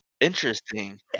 Interesting